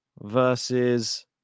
versus